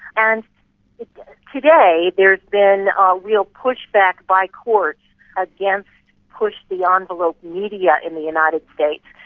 and today there has been a real pushback by courts against push-the-envelope media in the united states,